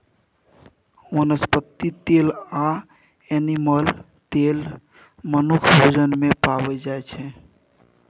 बनस्पति तेल आ एनिमल तेल मनुख भोजन मे पाबै छै